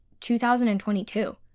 2022